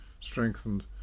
strengthened